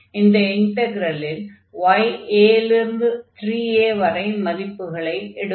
இந்த இன்டக்ரலில் y a லிருந்து 3a வரை மதிப்புகளை எடுக்கும்